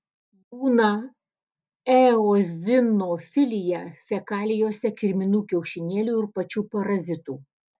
būna eozinofilija fekalijose kirminų kiaušinėlių ir pačių parazitų